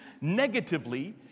negatively